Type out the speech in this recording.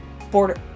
Border